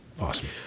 Awesome